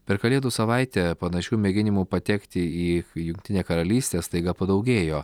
per kalėdų savaitę panašių mėginimų patekti į į jungtinę karalystę staiga padaugėjo